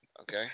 Okay